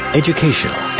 educational